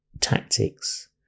tactics